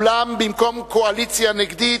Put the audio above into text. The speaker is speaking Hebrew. אולם, במקום קואליציה נגדית,